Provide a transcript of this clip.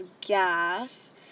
gas